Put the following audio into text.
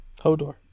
Hodor